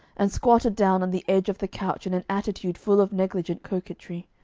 and squatted down on the edge of the couch in an attitude full of negligent coquetry.